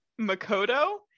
Makoto